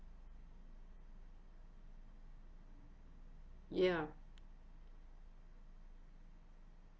ya